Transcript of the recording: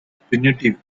punitive